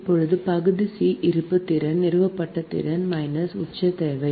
இப்போது பகுதி C இருப்பு திறன் நிறுவப்பட்ட திறன் உச்ச தேவை